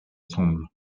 semble